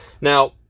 Now